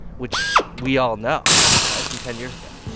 which we all know right? from ten years ago